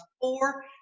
four